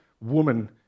woman